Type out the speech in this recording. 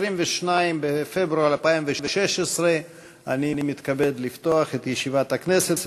22 בפברואר 2016. אני מתכבד לפתוח את ישיבת הכנסת.